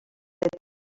cette